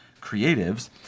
creatives